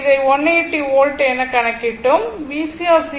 இதை 180 வோல்ட் என கணக்கிட்டோம்